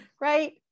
right